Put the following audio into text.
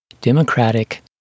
democratic